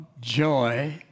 joy